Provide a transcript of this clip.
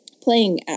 playing